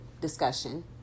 discussion